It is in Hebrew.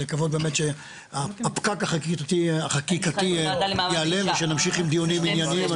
לקוות שבאמת שהפקק החקיקתי יעלם ושנמשיך עם דיונים ענייניים.